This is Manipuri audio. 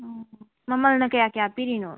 ꯑꯣ ꯃꯃꯜꯅ ꯀꯌꯥ ꯀꯌꯥ ꯄꯤꯔꯤꯅꯣ